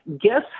guess